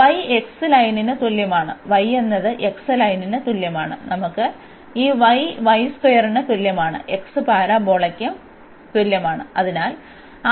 അതിനാൽ y x ലൈനിന് തുല്യമാണ് y എന്നത് x ലൈനിന് തുല്യമാണ് നമുക്ക് ഈ y ന് തുല്യമാണ് x പരാബോളയ്ക്ക് തുല്യമാണ്